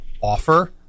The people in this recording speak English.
Offer